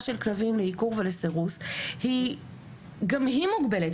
של כלבים לעיקור ולסירוס גם היא מגובלת,